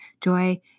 joy